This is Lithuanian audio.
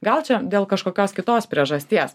gal čia dėl kažkokios kitos priežasties